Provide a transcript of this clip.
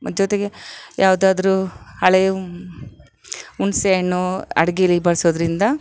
ಮತ್ತು ಜೊತೆಗೆ ಯಾವುದಾದರೂ ಹಳೆ ಹುಣ್ಸೆ ಹಣ್ಣು ಅಡುಗೇಲಿ ಬಳಸೋದ್ರಿಂದ